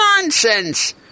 Nonsense